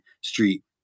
street